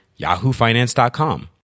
yahoofinance.com